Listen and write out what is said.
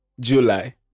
july